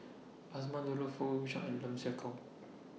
Azman Abdullah Fong Chong and Lim Siah Tong